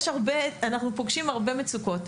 אנחנו פוגשים הרבה מצוקות,